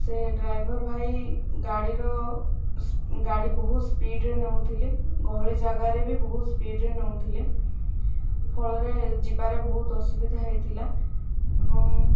ସେ ଡ୍ରାଇଭର ଭାଇ ଗାଡ଼ିର ଗାଡ଼ି ବହୁତ ସ୍ପିଡ଼ରେ ନେଉଥିଲେ ଗହଳି ଜାଗାରେ ବି ବହୁତ ସ୍ପିଡ଼ରେ ନେଉଥିଲେ ଫଳରେ ଯିବାରେ ବହୁତ ଅସୁବିଧା ହୋଇଥିଲା ଏବଂ